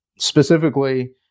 specifically